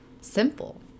simple